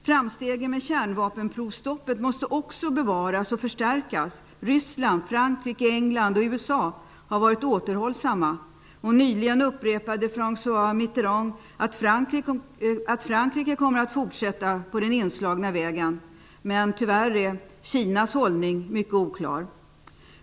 Framstegen inom kärnvapenprovstoppet måste också bevaras och förstärkas. Ryssland, Frankrike, England och USA har varit återhållsamma. Nyligen upprepade François Mitterrand att Frankrike kommer att fortsätta på den inslagna vägen. Tyvärr är Kinas hållning mycket oklar.